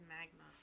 magma